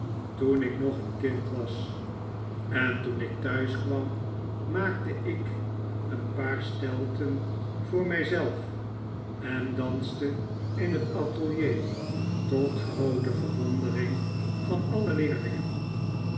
toen ik nog een kind was en toen ik thuis kwam maakte ik een paar stelten voor mijzelf en danste in het atelier tot groote verwondering van alle leerlingen